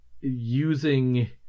using